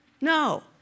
No